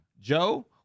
Joe